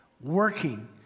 working